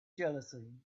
jealousy